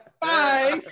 bye